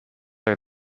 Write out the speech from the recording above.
are